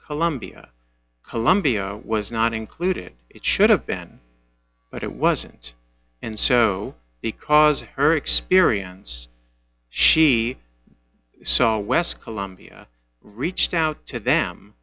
columbia columbia was not included it should have been but it wasn't and so because of her experience she saw west colombia reached out to them